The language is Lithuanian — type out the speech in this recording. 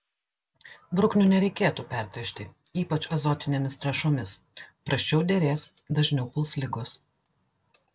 bruknių nereikėtų pertręšti ypač azotinėmis trąšomis prasčiau derės dažniau puls ligos